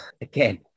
again